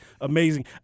amazing